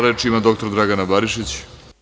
Reč ima dr Dragana Barišić.